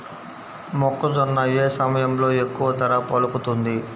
మొక్కజొన్న ఏ సమయంలో ఎక్కువ ధర పలుకుతుంది?